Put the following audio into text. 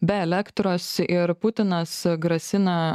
be elektros ir putinas grasina